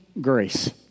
grace